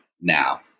Now